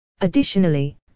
Additionally